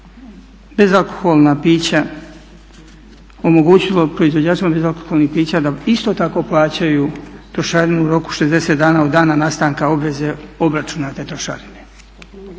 bezalkoholna pića, omogućilo proizvođačima bezalkoholnih pića da isto tako plaćaju trošarinu u roku 60 dana od dana nastanka obveze obračunate trošarine.